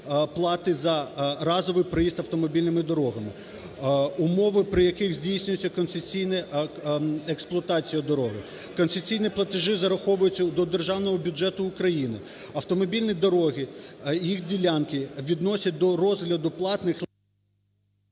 за разовий проїзд автомобільними дорогами, умови, при яких здійснюється концесійна експлуатація дороги. Концесійні платежі зараховуються до державного бюджету України. Автомобільні дороги, їх ділянки відносять до розгляду платних…